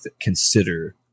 consider